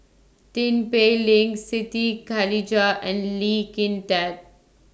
Tin Pei Ling Siti Khalijah and Lee Kin Tat